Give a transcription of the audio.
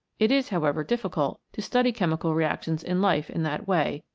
it is, however, difficult to study chemical reactions in life in that way,